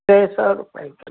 टे सौ रुपए किलो